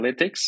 analytics